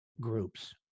groups